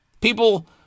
People